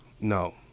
no